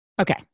okay